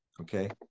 okay